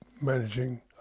managing